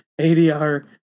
ADR